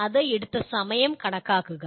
അത് എടുത്ത സമയം കണക്കാക്കുക